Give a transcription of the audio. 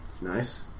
Nice